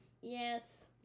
Yes